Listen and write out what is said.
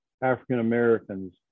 African-Americans